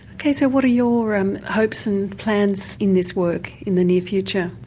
ok, so what are your and hopes and plans in this work in the near future?